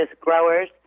growers